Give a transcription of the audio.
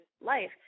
life